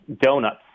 donuts